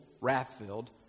wrath-filled